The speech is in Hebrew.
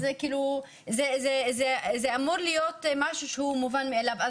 זה אמור להיות משהו שהוא מובן מאליו'.